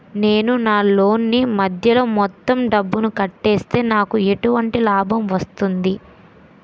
నేను నా లోన్ నీ మధ్యలో మొత్తం డబ్బును కట్టేస్తే నాకు ఎటువంటి లాభం వస్తుంది?